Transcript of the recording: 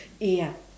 ya